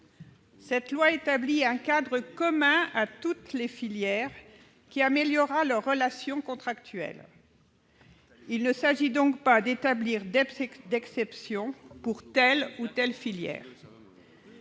de loi établit un cadre commun à toutes les filières, ce qui améliorera leurs relations contractuelles. Il ne s'agit donc pas d'établir d'exception pour telle ou telle filière.